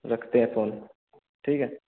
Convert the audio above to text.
रखते हैं कॉल ठीक है